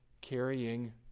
carrying